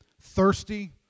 thirsty